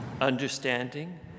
understanding